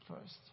first